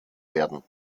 werden